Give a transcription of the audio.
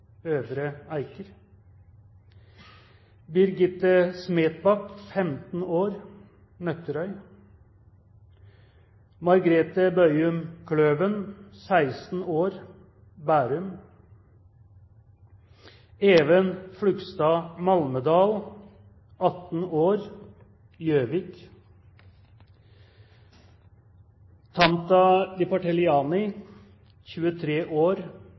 Øvre Eiker Birgitte Smetbak, 15 år, Nøtterøy Margrethe Bøyum Kløven, 16 år, Bærum Even Flugstad Malmedal, 18 år, Gjøvik Tamta Lipartelliani, 23 år,